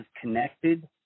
connected